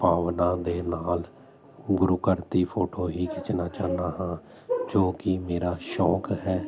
ਭਾਵਨਾ ਦੇ ਨਾਲ ਗੁਰੂ ਘਰ ਦੀ ਫੋਟੋ ਹੀ ਖਿੱਚਣਾ ਚਾਹੁੰਦਾ ਹਾਂ ਜੋ ਕੀ ਮੇਰਾ ਸ਼ੌਂਕ ਹੈ